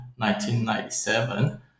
1997